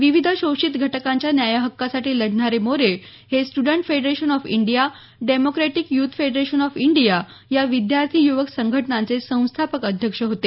विविध शोषित घटकांच्या न्यायहक्कासाठी लढणारे मोरे हे student federation of India democratic youth federation of India या विद्यार्थी युवक संघटनांचे संस्थापक अध्यक्ष होते